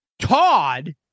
Todd